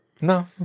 No